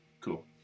cool